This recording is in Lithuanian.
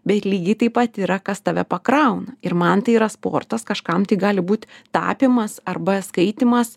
bet lygiai taip pat yra kas tave pakrauna ir man tai yra sportas kažkam tai gali būti tapymas arba skaitymas